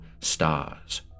stars